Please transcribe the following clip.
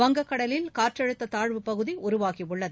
வங்கக்கடலில் காற்றழுத்த தாழ்வுப்பகுதி உருவாகியுள்ளது